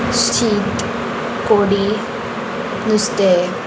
शीत कडी नुस्तें